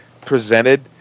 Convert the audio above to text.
presented